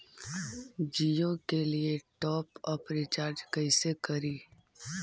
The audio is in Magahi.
जियो के लिए टॉप अप रिचार्ज़ कैसे करी?